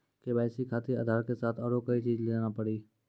KYC खातिर आधार के साथ औरों कोई चीज देना पड़ी?